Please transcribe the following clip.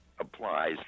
applies